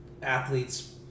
athletes